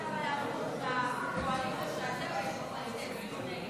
כשהמצב היה הפוך והקואליציה שאתם הייתם בה הצביעו נגד,